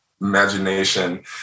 imagination